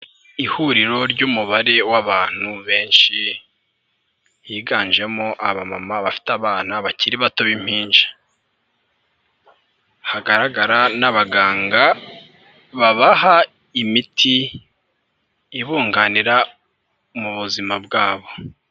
Ihuriro ry'umubare w'abantu benshi higanjemo abamama bafite abana bakiri bato b'impinja, hagaragara n'abaganga babaha imiti ibunganira mu buzima bwabo.